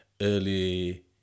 early